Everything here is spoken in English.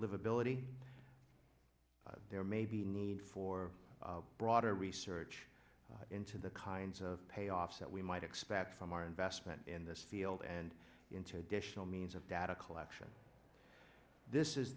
livability there may be need for broader research into the kinds of payoffs that we might expect from our investment in this field and into additional means of data collection this is